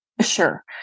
Sure